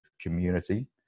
community